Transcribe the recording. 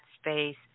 space